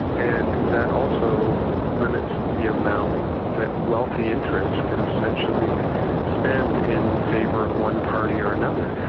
and that also limits the amount that wealthy interests can essentially spend in favour of one party or another.